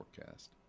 forecast